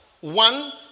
One